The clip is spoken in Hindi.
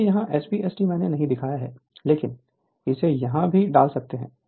इसलिए यहां SPST मैंने नहीं दिखाया है लेकिन इसे यहां भी डाल सकते हैं